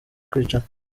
kwicara